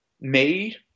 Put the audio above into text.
made